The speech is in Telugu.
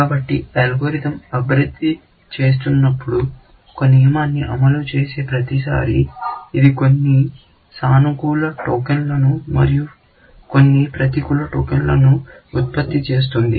కాబట్టి అల్గోరిథం అభివృద్ధి చెందుతున్నప్పుడు ఒక నియమాన్ని అమలు చేసే ప్రతిసారీ ఇది కొన్ని సానుకూల టోకెన్లను మరియు కొన్ని ప్రతికూల టోకెన్లను ఉత్పత్తి చేస్తుంది